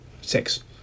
Six